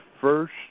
first